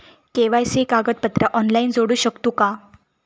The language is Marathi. के.वाय.सी कागदपत्रा ऑनलाइन जोडू शकतू का?